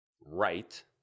right